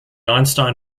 einstein